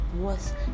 worth